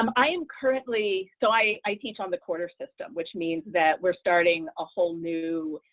um i am currently so i i on the quarter system, which means that we're starting a whole new,